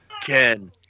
Ken